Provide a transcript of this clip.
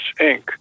Inc